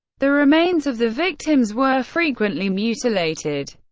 the remains of the victims were frequently mutilated.